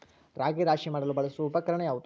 ರಾಗಿ ರಾಶಿ ಮಾಡಲು ಬಳಸುವ ಉಪಕರಣ ಯಾವುದು?